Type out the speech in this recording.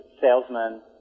salesman